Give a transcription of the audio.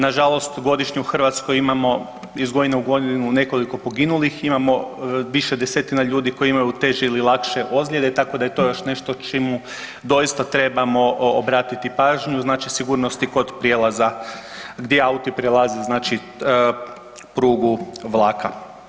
Nažalost, godišnje u Hrvatskoj imamo iz godine u godinu nekoliko poginulih, imamo više desetina ljudi koji imaju teži ili lakše ozljede, tako da je to još nešto s čim doista trebamo obratiti pažnju, sigurnosti kod prijelaza, gdje auti prelaze, znači prugu vlaka.